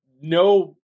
no